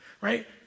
right